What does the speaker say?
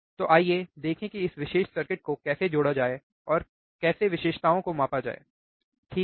तो आइए देखें कि इस विशेष सर्किट को कैसे जोड़ा जाए और को कैसे विशेषताओं को मापा जाए ठीक है